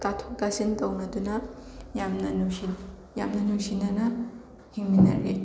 ꯇꯥꯊꯣꯛ ꯇꯥꯁꯤꯟ ꯇꯧꯅꯗꯨꯅ ꯌꯥꯝꯅ ꯅꯨꯡꯁꯤ ꯌꯥꯝꯅ ꯅꯨꯡꯁꯤꯅꯅ ꯍꯤꯡꯃꯤꯟꯅꯔꯤ